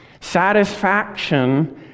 Satisfaction